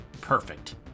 perfect